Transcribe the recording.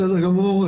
בסדר גמור.